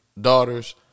daughters